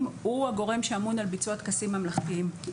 הוא הגורם שאמון על ביצוע טקסים ממלכתיים.